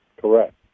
Correct